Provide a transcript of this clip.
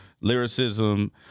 lyricism